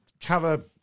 cover